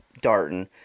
Darton